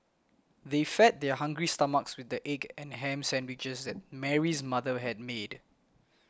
they fed their hungry stomachs with the egg and ham sandwiches that Mary's mother had made